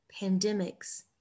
pandemics